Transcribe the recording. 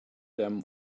them